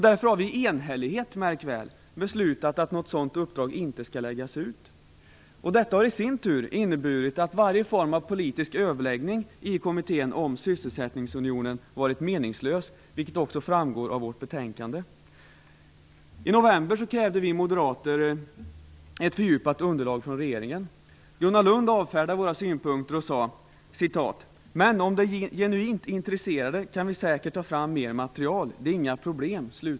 Därför har vi i enhällighet - märk väl - beslutat att något sådant uppdrag inte skall läggas ut. Detta har i sin tur inneburit att varje form av politisk överläggning i kommittén om sysselsättningsunionen varit meningslös, vilket också framgår av vårt betänkande. I november krävde vi moderater ett fördjupat underlag från regeringen. Gunnar Lund avfärdade våra synpunkter och sade: "Men om de är genuint intresserade kan vi säkert ta fram mer material. Det är inga problem."